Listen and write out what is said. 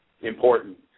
important